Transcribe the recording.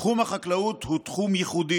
תחום החקלאות הוא תחום ייחודי,